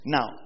Now